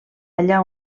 allà